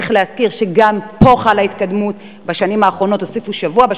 צריך להזכיר שגם פה חלה התקדמות: בשנים האחרונות הוסיפו שבוע,